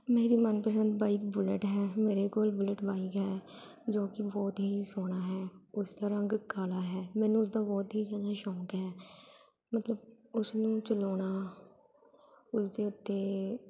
ਮੇਰੀ ਮਨ ਪਸੰਦ ਬਾਈਕ ਬੁਲਟ ਹੈ ਮੇਰੇ ਕੋਲ ਬੁਲਟ ਬਾਈਕ ਹੈ ਜੋ ਕਿ ਬਹੁਤ ਹੀ ਸੋਹਣਾ ਹੈ ਉਸਦਾ ਰੰਗ ਕਾਲਾ ਹੈ ਮੈਨੂੰ ਉਸਦਾ ਬਹੁਤ ਹੀ ਜ਼ਿਆਦਾ ਸ਼ੌਂਕ ਹੈ ਮਤਲਬ ਉਸਨੂੰ ਚਲਾਉਣਾ ਉਸਦੇ ਉੱਤੇ